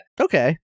Okay